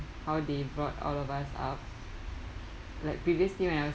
how they brought all of us up like previously when I was